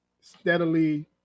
steadily